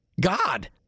God